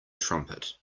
trumpet